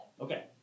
Okay